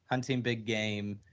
hunting big game,